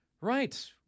Right